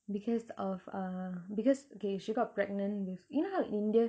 because of uh because okay she got pregnant with you know how india